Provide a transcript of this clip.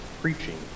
preaching